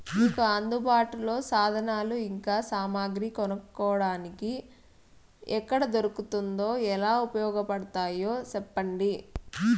మీకు అందుబాటులో సాధనాలు ఇంకా సామగ్రి కొనుక్కోటానికి ఎక్కడ దొరుకుతుందో ఎలా ఉపయోగపడుతాయో సెప్పండి?